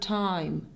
time